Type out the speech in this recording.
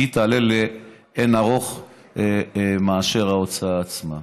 תעלה לאין-ערוך מאשר ההוצאה עצמה.